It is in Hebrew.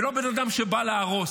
ולא בן אדם שבא להרוס.